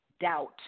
doubt